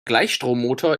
gleichstrommotor